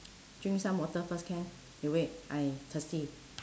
drink some water first can you wait I thirsty